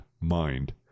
mind